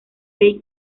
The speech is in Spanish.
day